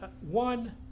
one